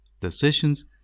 decisions